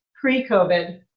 pre-COVID